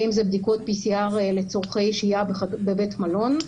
ואם זה בדיקות PCR לצרכי שהייה בבית מלון.